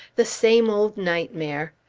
the same old nightmare.